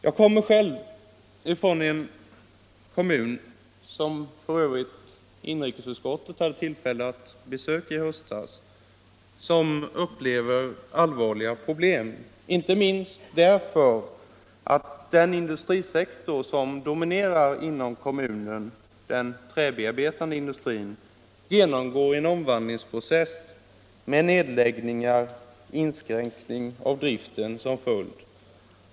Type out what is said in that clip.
Jag kommer själv ifrån en kommun, som f. ö. inrikesutskottet hade tillfälle att besöka i höstas, som upplever allvarliga problem inte minst dörfär att den industrisektor som dominerar inom kommunen — den träbearbetande industrin — genomgår en omvandlingsprocess med nedläggningar och inskränkning av driften som följd.